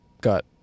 got